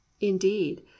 Indeed